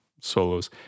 solos